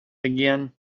again